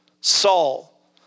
Saul